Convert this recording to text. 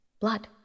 blood